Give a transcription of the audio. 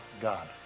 God